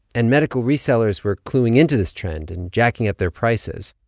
and medical resellers were cluing into this trend and jacking up their prices.